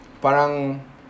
parang